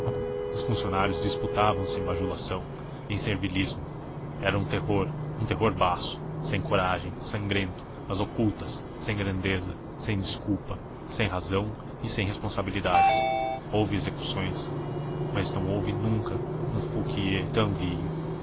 os funcionários disputavam se em bajulação em servilismo era um terror um terror baço sem coragem sangrento às ocultas sem grandeza sem desculpa sem razão e sem responsabilidades houve execuções mas não houve nunca um